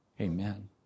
Amen